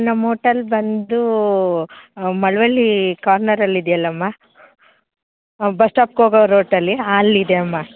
ನಮ್ಮ ಓಟಲ್ ಬಂದು ಮಳವಳ್ಳಿ ಕಾರ್ನರಲ್ಲಿ ಇದೆಯಲ್ಲಮ್ಮ ಬಸ್ ಸ್ಟಾಪ್ಗೋಗೋ ರೋಟಲ್ಲಿ ಅಲ್ಲಿದೆ ಅಮ್ಮ